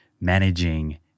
managing